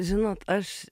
žinot aš